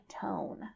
tone